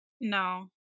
No